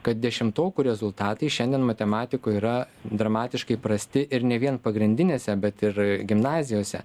kad dešimtokų rezultatai šiandien matematikoj yra dramatiškai prasti ir ne vien pagrindinėse bet ir gimnazijose